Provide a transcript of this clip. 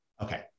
Okay